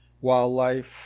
wildlife